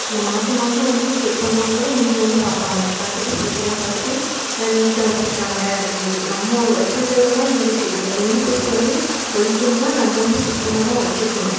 இந்த மாத மாதம் வந்து செக் பண்ணுறவங்க கூட எங்கள் வீட்டில் வந்து பார்ப்பாங்க பார்த்துட்டு ஃப்ரிட்ஜுலாம் பார்த்துட்டு நல்லா நீட்டாக வைச்சிருக்காங்க அப்படின்னு சொல்லிட்டு நம்ம வைச்சிருக்கிறதுல தான் இருக்குது அந்த டெங்கு கொசு வந்து ஒழிக்கணுன்னா நம்ம வந்து சுத்தமாக தான் வைச்சிருக்கணும்